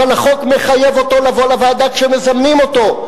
אבל החוק מחייב אותו לבוא לוועדה כשמזמנים אותו.